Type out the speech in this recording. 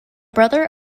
brother